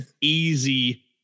easy